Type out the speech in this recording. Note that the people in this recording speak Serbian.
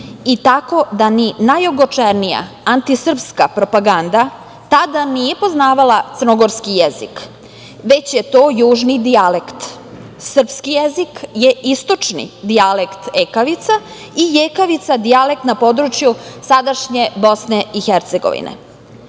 i tako da ni najogorčenija antisrpska propaganda tada nije poznavala crnogorski jezik već je to južni dijalekt. Srpski jezik je istočni dijalekte ekavica i jekavica – dijalekt na području sadašnje BiH, tada i